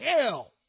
hell